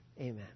Amen